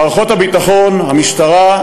מערכות הביטחון, המשטרה,